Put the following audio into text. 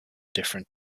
different